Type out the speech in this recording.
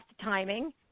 timing